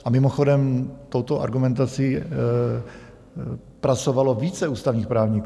A mimochodem, touto argumentací pracovalo více ústavních právníků.